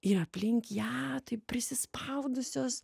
ir aplink ją taip prisispaudusios